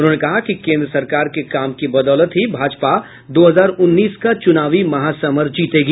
उन्होंने कहा कि केंद्र सरकार के काम की बदौलत ही भाजपा दो हजार उन्नीस का चुनावी महासमर जीतेगी